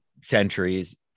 centuries